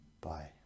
bye